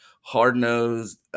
hard-nosed